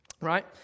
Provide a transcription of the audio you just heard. right